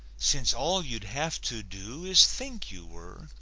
since all you'd have to do is think you were,